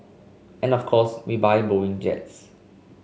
and of course we buy Boeing jets